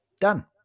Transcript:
Done